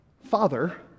father